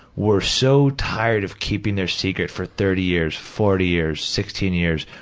were so tired of keeping their secret for thirty years, forty years, sixteen years,